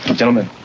gentlemen,